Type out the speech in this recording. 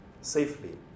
safely